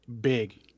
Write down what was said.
big